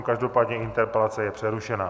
Každopádně interpelace je přerušena.